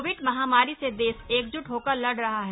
Covid महामारी से देश एकजुट होकर लड़ रहा है